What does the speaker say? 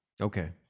Okay